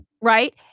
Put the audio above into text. Right